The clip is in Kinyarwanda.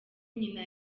nyina